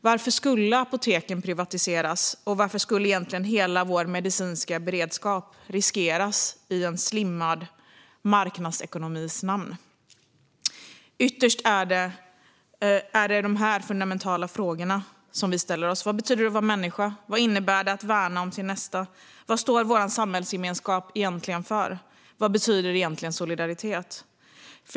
Varför skulle apoteken privatiseras, och varför skulle egentligen hela vår medicinska beredskap riskeras i en slimmad marknadsekonomis namn? Ytterst är det de här fundamentala frågorna som vi ställer oss: Vad betyder det att vara människa? Vad innebär det att värna om sin nästa? Vad står vår samhällsgemenskap egentligen för? Vad betyder egentligen solidaritet?